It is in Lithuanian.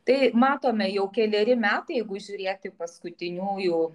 tai matome jau keleri metai jeigu žiūrėti paskutiniųjų